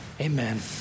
Amen